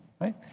right